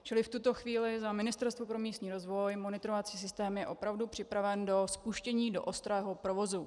Čili v tuto chvíli za Ministerstvo pro místní rozvoj monitorovací systém je opravdu připraven na spuštění do ostrého provozu.